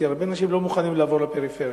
כי הרבה אנשים לא מוכנים לעבור לפריפריה.